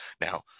Now